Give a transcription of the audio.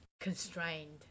constrained